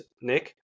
Nick